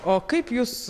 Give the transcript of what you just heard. o kaip jūs